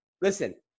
listen